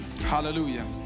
Hallelujah